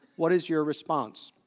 what is your response?